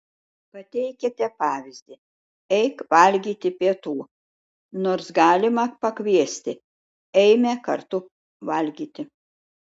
pateikiate pavyzdį eik valgyti pietų nors galima pakviesti eime kartu valgyti